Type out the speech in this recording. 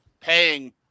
paying